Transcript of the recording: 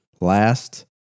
last